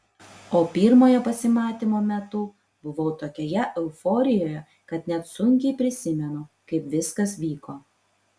o pirmojo pasimatymo metu buvau tokioje euforijoje kad net sunkiai prisimenu kaip viskas vyko